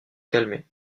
calmer